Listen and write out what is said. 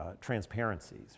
transparencies